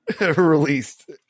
released